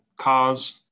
cars